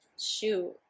Shoot